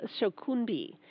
Shokunbi